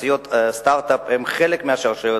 תעשיות סטארט-אפ הן חלק מהשרשרת,